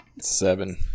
Seven